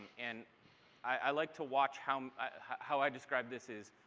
and i like to watch how how i describe this as,